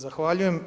Zahvaljujem.